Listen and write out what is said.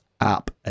app